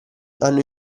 hanno